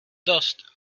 dost